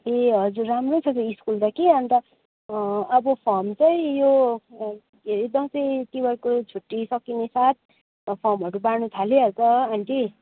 ए हजुर राम्रो छ त स्कुल त कि अन्त अब फर्म चाहिँ यो केरे दसैँ तिहारको छुट्टी सकिने साथ फर्महरू बाँढ्नु थालिहाल्छ आन्टी